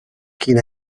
quin